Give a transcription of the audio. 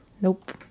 Nope